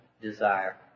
desire